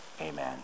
Amen